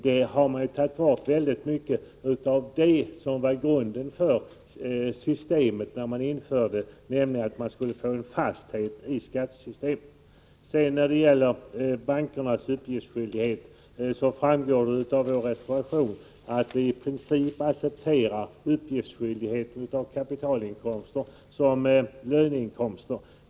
Då har man förstört mycket av det som var grunden för systemet när man införde det, nämligen att få en fasthet i skattesystemet. Det framgår av vår motion att vi i princip accepterar bankernas uppgiftsskyldighet för kapitalinkomster.